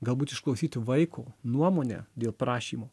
galbūt išklausyti vaiko nuomonę dėl prašymo